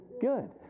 Good